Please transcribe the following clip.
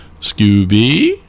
Scooby